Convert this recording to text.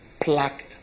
plucked